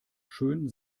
schön